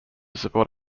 support